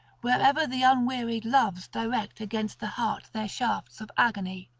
whenever the unwearied loves direct against the heart their shafts of agony.